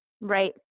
Right